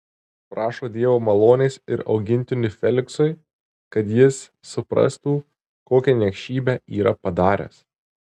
prašo dievo malonės ir augintiniui feliksui kad jis suprastų kokią niekšybę yra padaręs